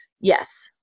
Yes